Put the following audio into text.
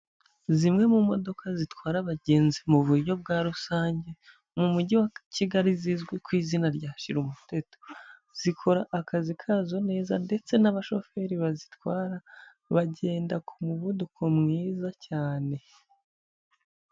Zimwe mu modoka zitwara abagenzi mu buryo bwa rusange mu mujyi wa Kigali, zizwi ku izina rya shira umuteto. Zikora akazi kazo neza ndetse n'abashoferi bazitwara bagenda ku muvuduko mwiza cyane.